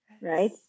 Right